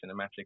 cinematic